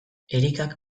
erikak